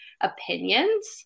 opinions